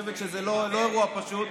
אני חושב שזה לא אירוע פשוט.